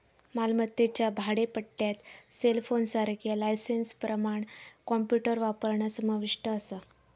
मालमत्तेच्या भाडेपट्ट्यात सेलफोनसारख्या लायसेंसप्रमाण कॉम्प्युटर वापरणा समाविष्ट असा